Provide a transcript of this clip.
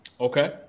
Okay